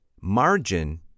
margin